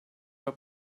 are